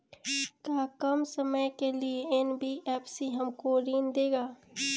का कम समय के लिए एन.बी.एफ.सी हमको ऋण देगा?